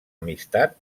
amistat